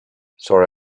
sorry